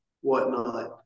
whatnot